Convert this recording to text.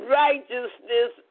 righteousness